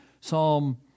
Psalm